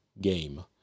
game